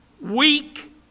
weak